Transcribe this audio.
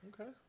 Okay